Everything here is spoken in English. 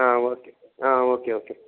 okay okay okay